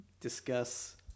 discuss